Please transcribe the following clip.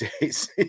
days